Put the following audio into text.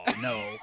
no